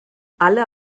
alle